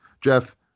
Jeff